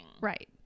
Right